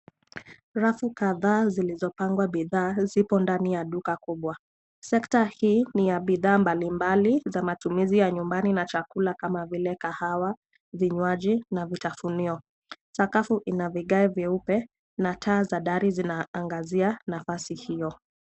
Rafu kadhaa, zilizopangwa bidhaa, zipo ndani ya duka kubwa. Sekta hii ni ya bidhaa za matumizi ya nyumbani na chakula kama vile kahawa, vinywaji, na vitafunio. Sakafu ina vigae vyeupe, na taa za dari zinaangazia nafasi hiyo.